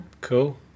Cool